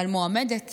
אבל מועמדת